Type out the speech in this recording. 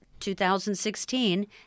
2016